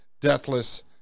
deathless